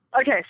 Okay